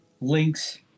links